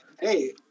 Hey